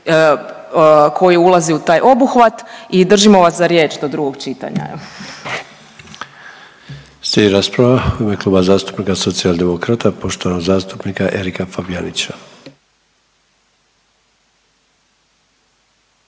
koji ulaze u taj obuhvat i držimo vas za riječ do drugog čitanja. **Sanader, Ante (HDZ)** Slijedi rasprava u ime Kluba zastupnika Socijaldemorakta poštovanog zastupnika Erika Fabijanića.